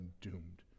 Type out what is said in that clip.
doomed